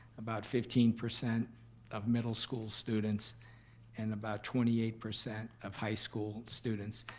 about fifteen percent of middle school students and about twenty eight percent of high school students.